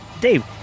Dave